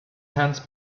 hands